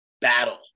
battle